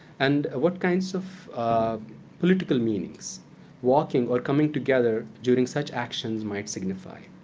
and what kinds of of political meanings walking or coming together during such actions might signify.